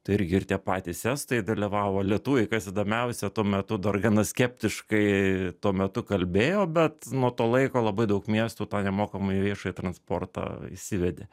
tai irgi ir tie patys estai dalyvavo lietuviai kas įdomiausia tuo metu dar gana skeptiškai tuo metu kalbėjo bet nuo to laiko labai daug miestų tą nemokamąjį viešąjį transportą įsivedė